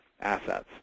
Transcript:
assets